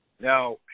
Now